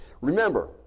Remember